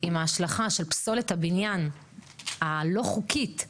עם ההשלכה של פסולת הבניין הלא חוקית,